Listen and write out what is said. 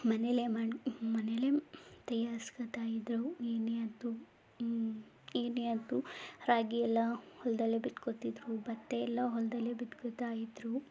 ಮನೆಯಲ್ಲೇ ಮಾಡಿ ಮನೆಯಲ್ಲೇ ತಯಾರಿಸ್ಕೊಳ್ತಾಯಿದ್ರು ಏನೇ ಆದ್ರೂ ಏನೇ ಆದ್ರೂ ರಾಗಿಯೆಲ್ಲ ಹೊಲದಲ್ಲೇ ಬಿತ್ಕೊಳ್ತಿದ್ರು ಭತ್ತಯೆಲ್ಲ ಹೊಲದಲ್ಲೇ ಬಿತ್ಕೊಳ್ತಾಯಿದ್ರು